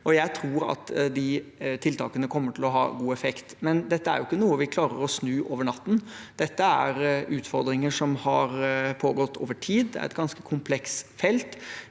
Jeg tror at de tiltakene kommer til å ha god effekt. Men dette er ikke noe vi klarer å snu over natten. Dette er utfordringer som har pågått over tid, og det er et ganske komplekst felt.